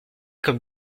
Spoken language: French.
comme